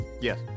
Yes